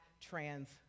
trans